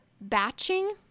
batching